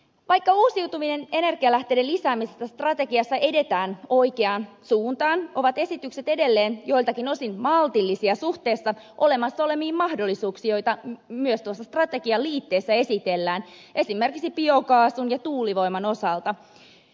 vaikka uusiutuvien energialähteiden lisäämisessä strategiassa edetään oikeaan suuntaan ovat esitykset edelleen joiltakin osin maltillisia suhteessa olemassa oleviin mahdollisuuksiin joita myös tuossa strategian liitteessä esitellään esimerkiksi biokaasun ja tuulivoiman osalta